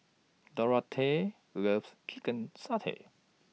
Dorathea loves Chicken Satay